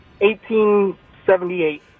1878